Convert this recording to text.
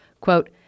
Quote